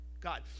God